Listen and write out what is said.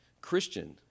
Christian